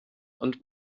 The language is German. und